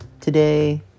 Today